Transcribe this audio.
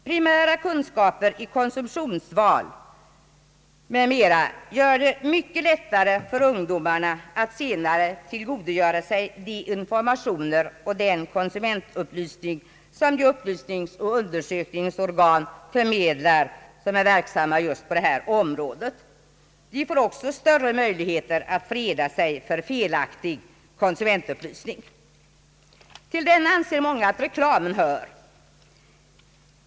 Primära kunskaper i konsumtionsval m.m. gör det mycket lättare för ungdomarna att senare tillgodogöra sig de informationer och den konsumentupplysning som de upplysningsoch undersökningsorgan förmedlar som är verksamma just på detta område. De får också större möjligheter att freda sig mot felaktig konsumentupplysning. Till den anser många att reklamen hör.